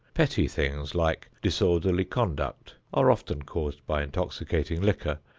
petty things, like disorderly conduct, are often caused by intoxicating liquor,